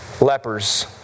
lepers